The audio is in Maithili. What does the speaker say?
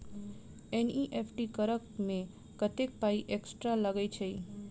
एन.ई.एफ.टी करऽ मे कत्तेक पाई एक्स्ट्रा लागई छई?